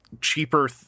cheaper